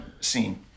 scene